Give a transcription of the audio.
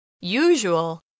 usual